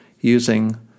using